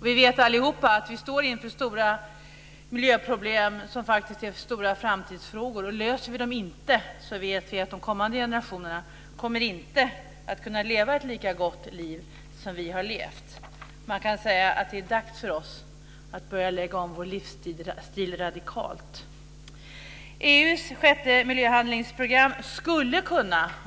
Och vi vet alla att vi står inför stora miljöproblem som faktiskt är stora framtidsfrågor, och om vi inte löser dem så vet vi att de kommande generationerna inte kommer att kunna leva ett lika gott liv som vi har levt. Man kan säga att det är dags för oss att börja lägga om vår livsstil radikalt. EU:s sjätte miljöhandlingsprogram skulle,